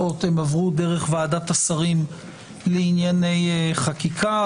הם עברו דרך ועדת השרים לענייני חקיקה.